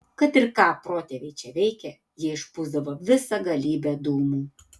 kad ir ką protėviai čia veikė jie išpūsdavo visą galybę dūmų